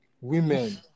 women